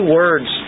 words